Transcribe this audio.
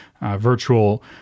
virtual